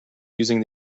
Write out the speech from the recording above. using